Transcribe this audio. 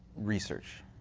research